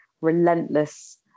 relentless